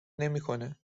نمیکنه